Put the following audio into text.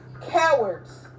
cowards